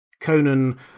Conan